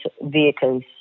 vehicles